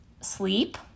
sleep